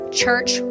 church